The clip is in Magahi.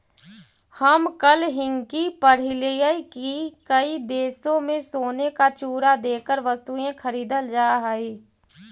हम कल हिन्कि पढ़लियई की कई देशों में सोने का चूरा देकर वस्तुएं खरीदल जा हई